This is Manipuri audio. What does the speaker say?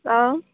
ꯑꯥ